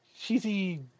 cheesy